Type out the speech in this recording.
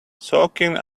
soaking